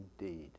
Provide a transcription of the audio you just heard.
indeed